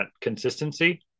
consistency